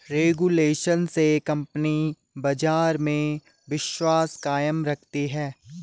regulation से company बाजार में विश्वास कायम रखती है